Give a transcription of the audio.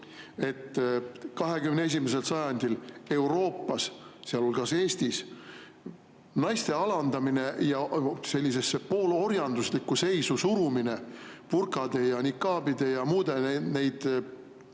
21. sajandil Euroopas, sealhulgas Eestis, naiste alandamine ja sellisesse poolorjanduslikku seisu surumine burkade, nikaabide ja muude neid